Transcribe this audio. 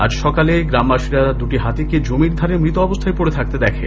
আজ সকালে গ্রামবাসীরা দুটি হাতিকে জমির ধারে মৃত অবস্থায় পডে থাকতে দেখে